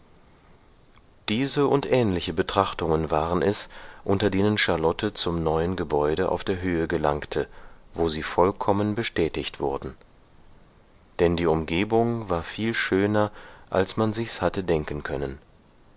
diese und ähnliche betrachtungen waren es unter denen charlotte zum neuen gebäude auf der höhe gelangte wo sie vollkommen bestätigt wurden denn die umgebung war viel schöner als man sichs hatte denken können